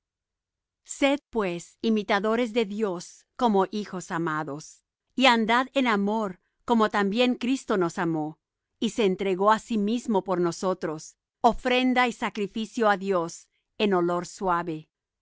sed pues imitadores de dios como hijos amados y andad en amor como también cristo nos amó y se entregó á sí mismo por nosotros ofrenda y sacrificio á dios en olor suave